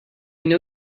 know